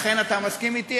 אכן אתה מסכים אתי.